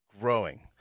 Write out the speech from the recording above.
growing